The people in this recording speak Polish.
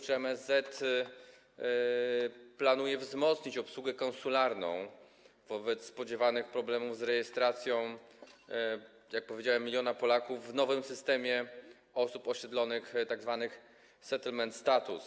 Czy MSZ planuje wzmocnić obsługę konsularną wobec spodziewanych problemów z rejestracją, jak powiedziałem, 1 mln Polaków w nowym systemie osób osiedlonych, w tzw. settlement status?